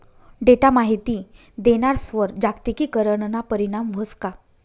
Data माहिती देणारस्वर जागतिकीकरणना परीणाम व्हस का?